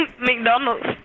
McDonald's